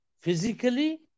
physically